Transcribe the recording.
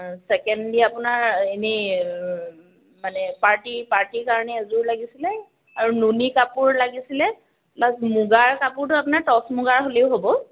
secondly আপোনাৰ এনেই মানে পাৰ্টীৰ পাৰ্টীৰ কাৰণে এযোৰ লাগিছিলে আৰু নুনি কাপোৰ লাগিছিলে প্লাছ মুগাৰ কাপোৰটো আপোনাৰ টচ মুগাৰ হ'লেও হ'ব